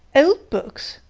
old books?